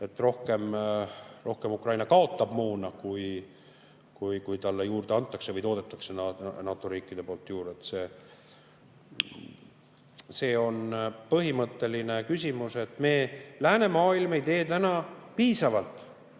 ütles, et Ukraina kaotab moona rohkem, kui talle juurde antakse või toodetakse NATO riikide poolt. See on põhimõtteline küsimus, et läänemaailm ei tee täna piisavalt